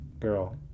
Girl